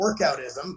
workoutism